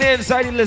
inside